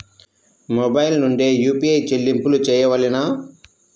Mobile నుండే UPI చెల్లింపులు చేయవలెనా?